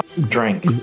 drink